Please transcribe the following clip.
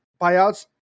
buyouts